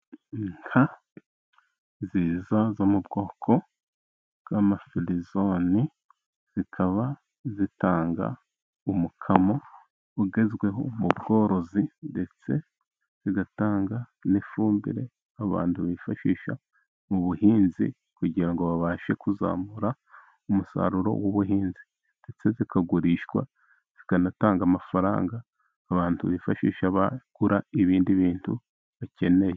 Inka nziza zo mu bwoko bw'amafirizoni. Zikaba zitanga umukamo ugezweho mu bworozi, ndetse zigatanga n'ifumbire abantu bifashisha mu buhinzi kugira ngo babashe kuzamura umusaruro w'ubuhinzi. Ndetse zikagurishwa zikanatanga amafaranga abantu bifashisha bagura ibindi bintu bakeneye.